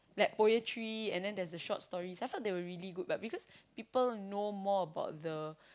like poetry and then there's a short story last time they were really good but because people know more about the